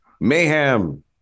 mayhem